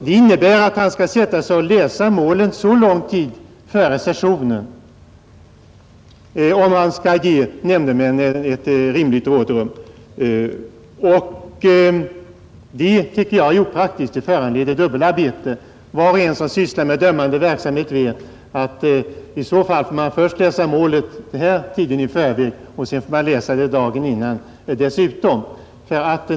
Det innebär att han skall sätta sig och läsa målen så lång tid före sessionen, om han skall kunna ge nämndemännen ett rimligt rådrum. Detta är opraktiskt och föranleder dubbelarbete. Var och en som sysslar med dömande verksamhet vet att man i så fall först måste läsa målet i förväg och sedan dagen före sammanträdet.